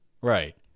Right